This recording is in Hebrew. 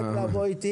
רק לבוא איתי כל היום?